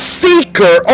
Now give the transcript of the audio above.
seeker